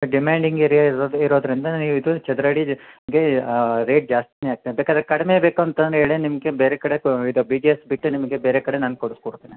demanding area ಇರೋ ಇರೋದರಿಂದ ನನಗೆ ಇದು ಚದರ ಅಡಿಗೆ ರೇಟ್ ಜಾಸ್ತಿನೇ ಆಗತ್ತೆ ಬೇಕಾರೆ ಕಡಮೆ ಬೇಕು ಅಂತಂದರೆ ಹೇಳಿ ನಿಮಗೆ ಬೇರೆ ಕಡೆ ಇದು ಬಿ ಜಿ ಎಸ್ ಬಿಟ್ಟು ನಿಮಗೆ ಬೇರೆ ಕಡೆ ನಾನು ಕೊಡಿಸಿ ಕೊಡ್ತೀನಿ